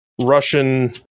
Russian